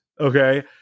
okay